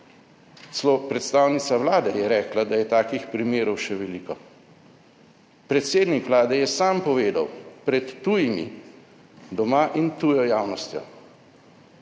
Celo predstavnica vlade je rekla, da je takih primerov še veliko. Predsednik Vlade je sam povedal pred tujimi, doma in tujo javnostjo,